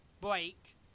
break